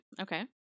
Okay